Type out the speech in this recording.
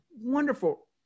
wonderful